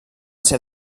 ser